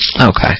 Okay